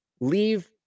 leave